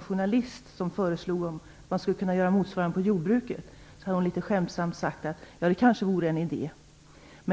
journalist föreslog att man skulle kunna göra motsvarande på jordbruket svarade hon litet skämtsamt: Ja, det kanske vore en idé.